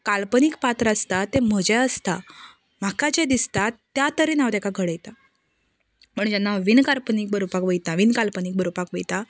काल्पनीक पात्र आसता तें म्हजें आसता म्हाका जें दिसता त्या तरेन हांव ताका घडयतां पण जेन्ना हांव बीन काल्पनीक बरोवपाक वयतां वीन काल्पनीक बरोवपाक वयतां